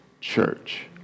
church